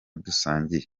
dusangiye